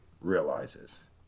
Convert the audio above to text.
realizes